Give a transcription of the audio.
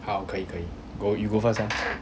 好可以可以 go you go first ah